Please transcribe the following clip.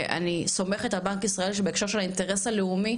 ואני סומכת על בנק ישראל שבהקשר של האינטרס הלאומי